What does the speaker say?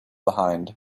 behind